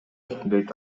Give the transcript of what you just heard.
дейт